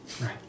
right